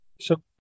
So-